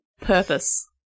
purpose